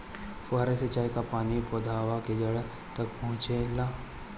फुहारा सिंचाई का पानी पौधवा के जड़े तक पहुचे ला?